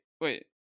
Wait